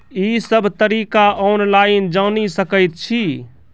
ई सब तरीका ऑनलाइन जानि सकैत छी?